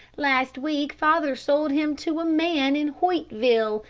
last week father sold him to a man in hoytville,